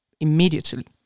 immediately